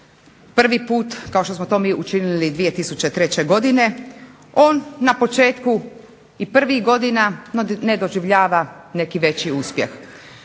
prvi put kao što smo mi to učinili 2003. godine on na početku i prvih godina ne doživljava neki veći uspjeh